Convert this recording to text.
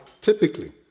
typically